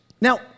Now